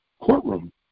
courtroom